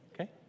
Okay